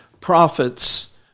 prophets